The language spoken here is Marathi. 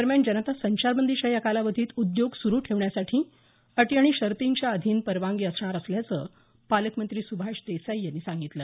दरम्यान जनता संचार बंदीच्या या कालावधीत उद्योग सुरू ठेवण्यासाठी अटी आणि शर्तींच्या अधीन परवानगी असणार असल्याचं पालकमंत्री सुभाष देसाई यांनी यावेळी सांगितलं